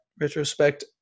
retrospect